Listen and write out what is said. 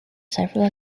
several